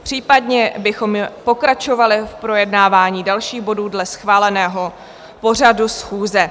Případně bychom pokračovali v projednávání dalších bodů dle schváleného pořadu schůze.